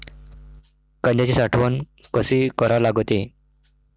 कांद्याची साठवन कसी करा लागते?